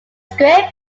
square